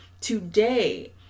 today